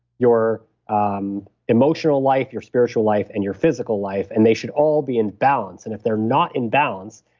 your um emotional life, your spiritual life and your physical life, and they should all be in balance and if they're not in balance,